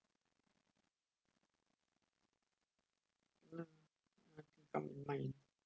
um mine